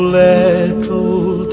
little